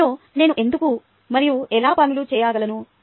తరగతిలో నేను ఎందుకు మరియు ఎలా పనులు చేయగలను